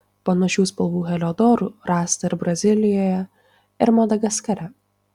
panašių spalvų heliodorų rasta ir brazilijoje ir madagaskare